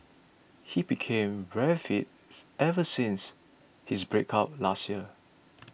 he became very fits ever since his breakup last year